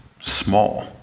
small